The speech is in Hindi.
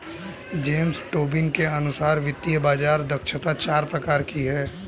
जेम्स टोबिन के अनुसार वित्तीय बाज़ार दक्षता चार प्रकार की है